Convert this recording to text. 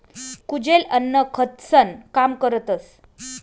कुजेल अन्न खतंसनं काम करतस